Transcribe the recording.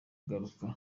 kugaruka